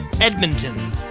Edmonton